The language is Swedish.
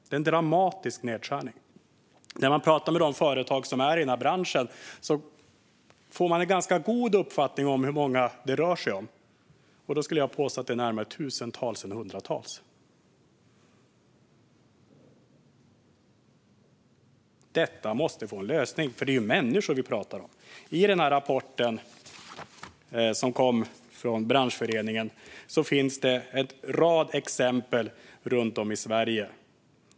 När man pratar med de företag som är i denna bransch får man en ganska god uppfattning om hur många det rör sig om. Jag skulle påstå att det är närmare tusentals än hundratals. Detta måste få en lösning, för det är ju människor vi pratar om. I den rapport som kom från branschföreningen finns en rad exempel runt om i Sverige.